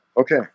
Okay